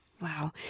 Wow